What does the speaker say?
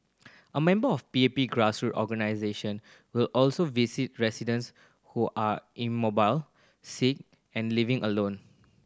a member of P A P grassroot organisation will also visit residents who are immobile sick and living alone